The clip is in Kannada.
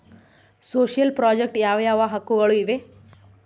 ಸೋಶಿಯಲ್ ಪ್ರಾಜೆಕ್ಟ್ ಯಾವ ಯಾವ ಹಕ್ಕುಗಳು ಇವೆ?